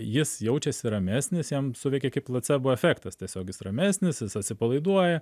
jis jaučiasi ramesnis jam suveikia kaip placebo efektas tiesiog jis ramesnis jis atsipalaiduoja